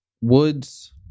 Woods